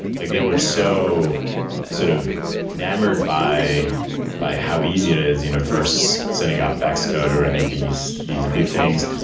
like they were so sort of enamored by by how easy it is you know versus setting up x-code or any of these these big things.